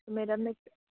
madam Mephi